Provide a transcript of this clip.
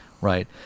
right